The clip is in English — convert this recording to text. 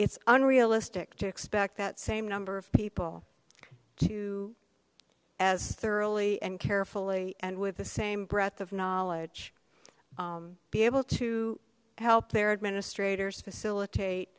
it's unrealistic to expect that same number of people to as thoroughly and carefully and with the same breath of knowledge be able to help their administrator